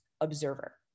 observer